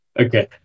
Okay